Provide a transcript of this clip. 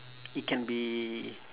it can be